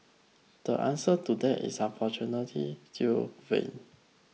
the answer to that is unfortunately still vague